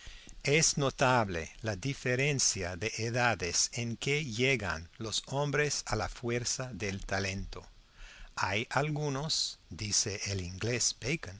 es notable la diferencia de edades en que llegan los hombres a la fuerza del talento hay algunos dice el inglés